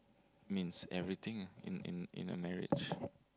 means everything ah in in in a marriage